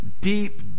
deep